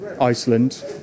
Iceland